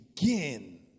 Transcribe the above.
begin